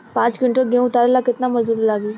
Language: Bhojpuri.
पांच किविंटल गेहूं उतारे ला केतना मजदूर लागी?